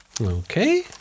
Okay